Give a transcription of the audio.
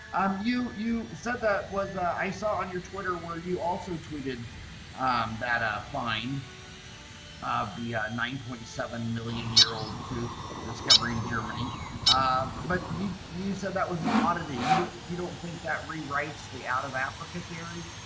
um you you said that was i saw on your twitter where you also tweeted that a find the nine point seven million year old tooth discovery in germany but you you said that was an oddity you don't you don't think that rewrites the out of africa theory?